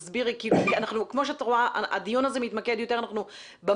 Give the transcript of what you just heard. כמו שאת רואה, הדיון הזה מתמקד במקרו.